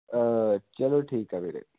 ਚੱਲੋ ਠੀਕ ਹੈ ਵੀਰੇ